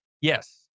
yes